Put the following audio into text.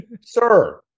sir